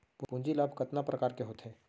पूंजी लाभ कतना प्रकार के होथे?